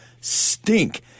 stink